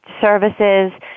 Services